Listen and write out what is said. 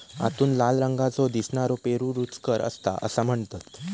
आतून लाल रंगाचो दिसनारो पेरू रुचकर असता असा म्हणतत